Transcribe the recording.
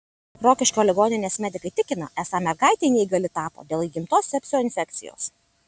rokiškio ligoninės medikai tikina esą mergaitė neįgali tapo dėl įgimtos sepsio infekcijos